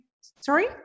Sorry